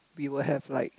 we will have like